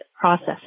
processes